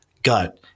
gut